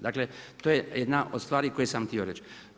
Dakle, to je jedna od stvari koje sam htio reći.